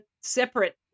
separate